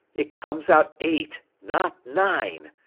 it comes out eight. not nine.